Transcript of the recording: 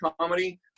comedy